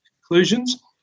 conclusions